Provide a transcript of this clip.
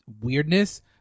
weirdness